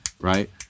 Right